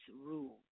rule